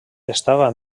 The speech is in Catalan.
estava